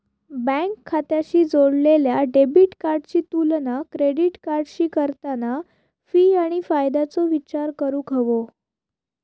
bank खात्याशी जोडलेल्या debit कार्डाची तुलना क्रेडिट कार्डाशी करताना फी आणि फायद्याचो विचार करूक हवो